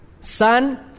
Son